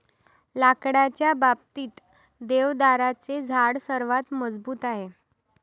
लाकडाच्या बाबतीत, देवदाराचे झाड सर्वात मजबूत आहे